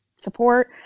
support